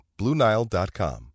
BlueNile.com